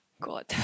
God